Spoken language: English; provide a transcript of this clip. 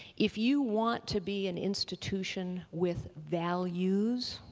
if you want to be an institution with values,